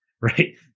right